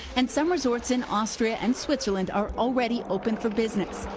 and some resorts in austria and switzerland are already open for business.